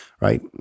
right